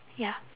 ya